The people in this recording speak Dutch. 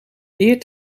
beer